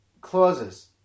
clauses